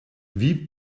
wie